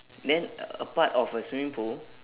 then a part of a swimming pool